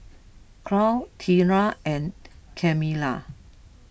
Claud Treena and Camilla